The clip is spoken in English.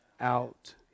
out